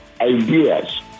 ideas